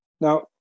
now